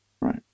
right